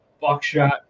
Buckshot